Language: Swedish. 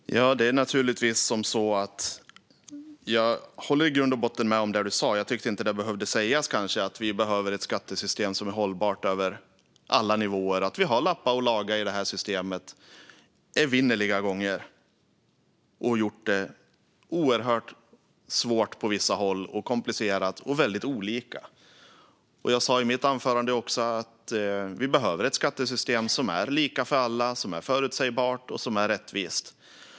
Herr ålderspresident! Det är naturligtvis så att jag i grund och botten håller med om det Helena Vilhelmsson sa och tyckte kanske inte att det behövde sägas, nämligen att vi behöver ett skattesystem som är hållbart över alla nivåer och att vi har lappat och lagat i systemet ett evinnerligt antal gånger och gjort det oerhört svårt och komplicerat på vissa håll och dessutom väldigt olika. Jag sa i mitt anförande att vi behöver ett skattesystem som är lika för alla, som är förutsägbart och som är rättvist.